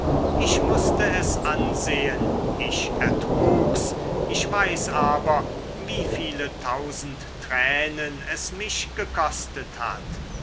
ich mußte es ansehen ich ertrug's ich weiß aber wie viele tausend tränen es mich gekostet hat